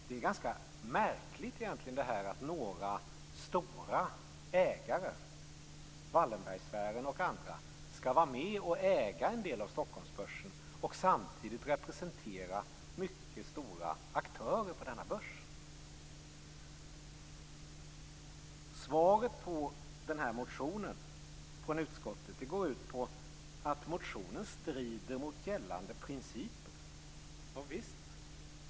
Det är ganska märkligt att några stora ägare, Wallenbergsfären och andra, skall vara med och äga en del av Stockholmsbörsen och samtidigt representera mycket stora aktörer på denna börs. Svaret från utskottet på motionen går ut på att motionen strider mot gällande principer. Ja visst!